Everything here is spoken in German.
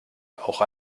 auch